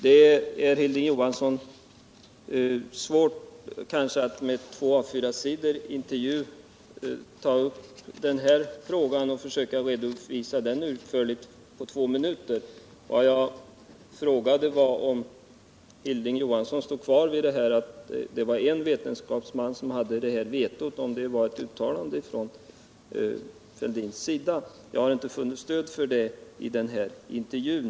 Det är svårt, Hilding Johansson, att på två minuter försöka redovisa en intervju som i utskrivet skick omfattar två A4-sidor. Vad jag frågade var om Hilding Johansson vidhöll att det var ett uttalande av herr Fälldin detta att en enda vetenskapsman skulle ha vetorätt. Jag har inte funnit stöd för det i intervjun.